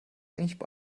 eigentlich